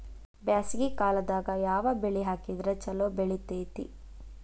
ಬ್ಯಾಸಗಿ ಕಾಲದಾಗ ಯಾವ ಬೆಳಿ ಹಾಕಿದ್ರ ಛಲೋ ಬೆಳಿತೇತಿ?